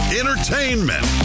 entertainment